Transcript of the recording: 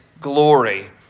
glory